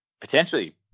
Potentially